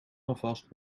alvast